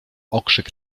okrzyk